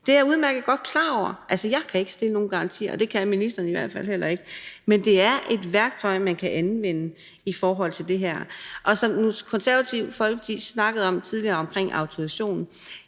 klar over det med garantier, altså, jeg kan ikke stille nogen garantier, og det kan ministeren i hvert fald heller ikke, men attesten er et værktøj, man kan anvende i forhold til det her. Det Konservative Folkepartis ordfører snakkede tidligere om autorisation,